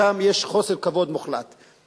שם יש חוסר כבוד מוחלט,